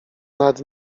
nad